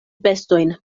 bestojn